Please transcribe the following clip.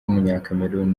w’umunyakameruni